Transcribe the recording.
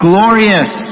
Glorious